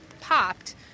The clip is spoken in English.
popped